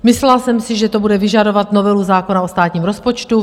Myslela jsem si, že to bude vyžadovat novelu zákona o státním rozpočtu.